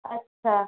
আচ্ছা